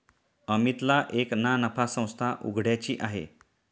अमितला एक ना नफा संस्था उघड्याची आहे